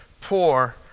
poor